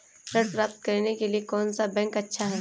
ऋण प्राप्त करने के लिए कौन सा बैंक अच्छा है?